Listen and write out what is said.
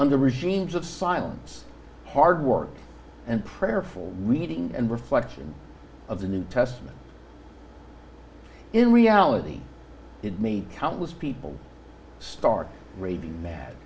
under regimes of silence hard work and prayerful reading and reflection of the new testament in reality hit me countless people stark raving mad